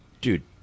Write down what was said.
Dude